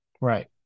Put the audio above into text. Right